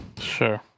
Sure